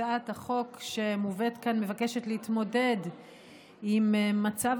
הצעת החוק שמובאת כעת מבקשת להתמודד עם מצב